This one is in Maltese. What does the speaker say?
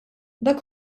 dak